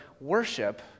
worship